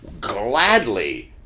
gladly